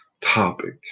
topic